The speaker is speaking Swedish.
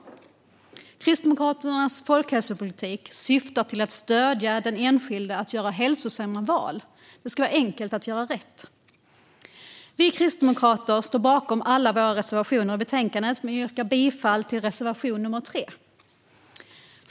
Kristdemokraternas folkhälsopolitik syftar till att stödja den enskilde i att göra hälsosamma val. Det ska vara enkelt att göra rätt. Vi kristdemokrater står bakom alla våra reservationer i betänkandet, men jag yrkar bifall endast till reservation nr 3.